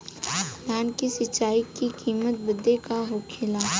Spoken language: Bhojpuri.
धान की सिंचाई की कितना बिदी होखेला?